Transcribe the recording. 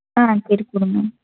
ஆ சரி கொடுங்க